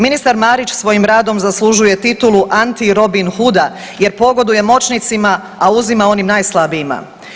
Ministar Marić svojim radom zaslužuje titulu anti Robin Hooda jer pogoduje moćnicima, a uzima onim najslabijima.